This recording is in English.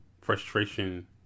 frustration